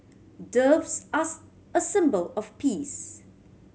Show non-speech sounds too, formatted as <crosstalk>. doves are <unintelligible> a symbol of peace